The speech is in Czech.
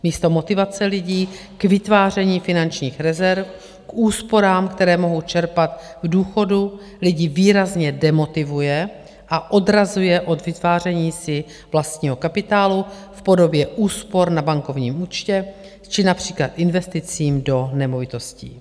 Místo motivace lidí k vytváření finančních rezerv, k úsporám, které mohou čerpat k důchodu, lidi výrazně demotivuje a odrazuje od vytváření si vlastního kapitálu v podobě úspor na bankovním účtě či například investicí do nemovitostí.